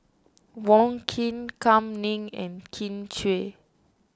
Wong Keen Kam Ning and Kin Chui